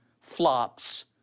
flops